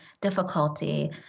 difficulty